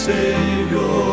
Savior